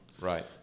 right